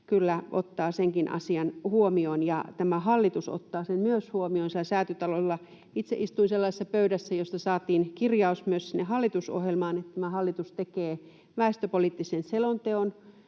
kyllä ottaa senkin asian huomioon, ja myös tämä hallitus ottaa sen huomioon. Siellä Säätytalolla itse istuin sellaisessa pöydässä, jossa saatiin kirjaus myös sinne hallitusohjelmaan, että tämä hallitus tekee väestöpoliittisen selonteon,